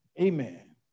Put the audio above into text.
amen